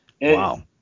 Wow